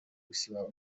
gusiba